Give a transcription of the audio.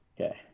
okay